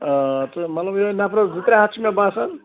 آ تہٕ مطلب یِہَے نَفرس زٕ ترٛےٚ ہتھ چھِ مےٚ باسان